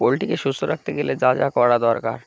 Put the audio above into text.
পোলট্রিকে সুস্থ রাখতে গেলে যা যা করা দরকার